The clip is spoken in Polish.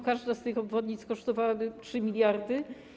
Każda z tych obwodnic kosztowałaby 3 mld.